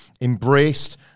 embraced